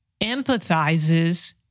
empathizes